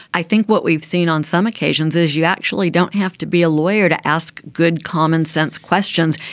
i think what we've seen on some occasions is you actually don't have to be a lawyer to ask good common sense questions.